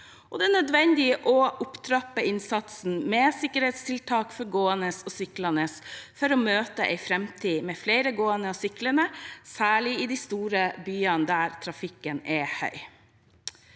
Det er nødvendig å trappe opp innsatsen når det gjelder sikkerhetstiltak for gående og syklende, for å møte en framtid med flere gående og syklende, særlig i de store byene, der trafikken er høy.